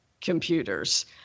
computers